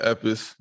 Epis